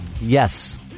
Yes